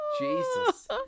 Jesus